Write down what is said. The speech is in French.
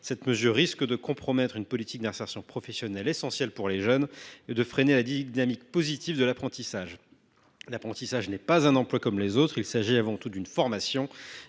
Cette mesure risque de compromettre une politique d’insertion professionnelle essentielle pour les jeunes et de freiner la dynamique positive de l’apprentissage. L’apprentissage n’est pas un emploi comme les autres : il s’agit avant tout d’une formation